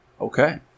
Okay